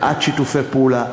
בעד שיתופי פעולה.